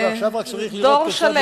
ועכשיו רק צריך לראות כיצד,